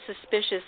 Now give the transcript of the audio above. suspicious